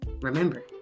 remember